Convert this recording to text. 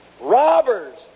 robbers